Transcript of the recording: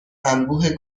انبوه